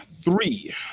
three